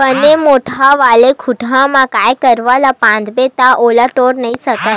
बने मोठ्ठ वाले खूटा म गाय गरुवा ल बांधबे ता ओला टोरे नइ सकय